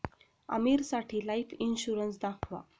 आमीरसाठी life insurance दाखवा